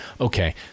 Okay